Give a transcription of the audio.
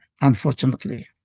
unfortunately